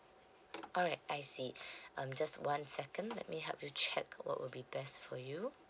alright I see um just one second let me help you check what will be best for you